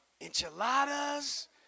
Enchiladas